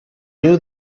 knew